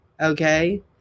Okay